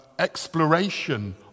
exploration